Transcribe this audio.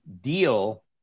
deal